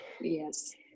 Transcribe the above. yes